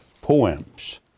poems